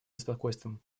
беспокойством